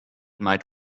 might